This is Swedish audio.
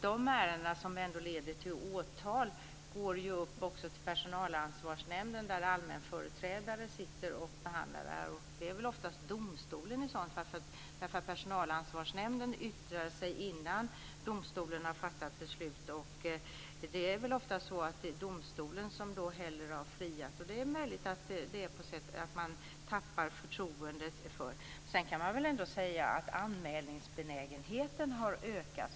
De ärenden som leder till åtal går också upp till Personalansvarsnämnden, där de behandlas av allmänföreträdare. Personalansvarsnämnden yttrar sig innan domstolen har fattat sitt beslut. Ofta är det väl så att domstolen hellre friar. Det är möjligt att det förekommer att man tappar sitt förtroende i detta sammanhang. Man kan ändå peka på att anmälningsbenägenheten har ökat.